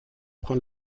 prend